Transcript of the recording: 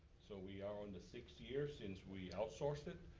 so we are on the sixth year since we out-sourced it.